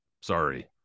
Sorry